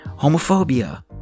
homophobia